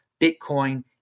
Bitcoin